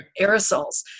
aerosols